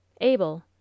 Abel